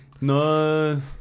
no